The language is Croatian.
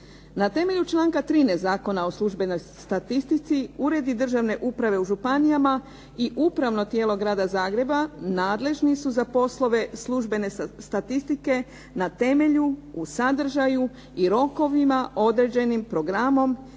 Na temelju članka 13. Zakona o službenoj statistici uredi državne uprave u županijama i Upravno tijelo Grada Zagreba nadležni su za poslove službene statistike na temelju u sadržaju i rokovima određenim programom